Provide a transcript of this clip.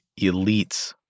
elites